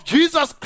Jesus